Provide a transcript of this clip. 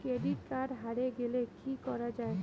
Credit card হারে গেলে কি করা য়ায়?